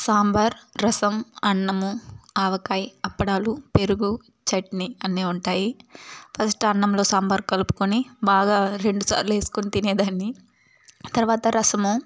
సాంబార్ రసం అన్నము ఆవకాయ్ అప్పడాలు పెరుగు చట్నీ అన్ని ఉంటాయి ఫస్ట్ అన్నంలో సాంబార్ కలుపుకొని బాగా రెండు సార్లు వేసుకొని తినేదాన్ని తర్వాత రసము